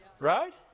Right